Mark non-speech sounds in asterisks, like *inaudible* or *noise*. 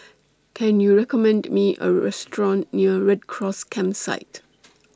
*noise* Can YOU recommend Me A Restaurant near Red Cross Campsite